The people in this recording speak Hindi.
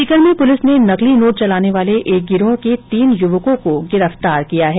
सीकर में पुलिस ने नकली नोट चलाने वाले एक गिरोह के तीन युवकों को गिरफ्तार किया है